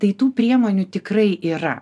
tai tų priemonių tikrai yra